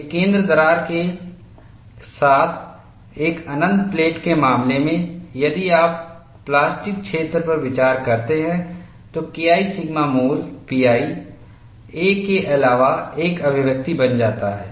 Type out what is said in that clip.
एक केंद्र दरार के साथ एक अनंत प्लेट के मामले में यदि आप प्लास्टिक क्षेत्र पर विचार करते हैं तो KI सिग्मा मूल pi a के अलावा एक अभिव्यक्ति बन जाता है